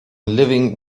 living